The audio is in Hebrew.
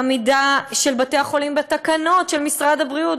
עמידה של בתי-החולים בתקנות של משרד הבריאות,